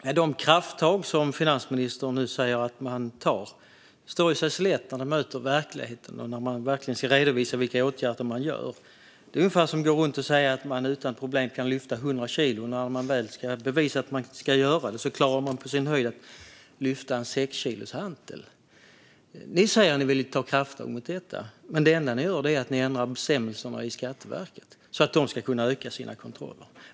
Herr talman! De krafttag som finansministern nu säger att man tar står sig slätt när man möter verkligheten och ska redovisa vilka åtgärder man verkligen vidtar. Det är ungefär som att gå runt och säga att man utan problem kan lyfta 100 kilo, och när man väl ska bevisa att man kan göra det klarar man på sin höjd att lyfta en 6-kilos hantel. Ni säger att ni vill ta krafttag mot detta, men det enda ni gör är att ändra bestämmelserna för Skatteverket så att de ska kunna öka sina kontroller.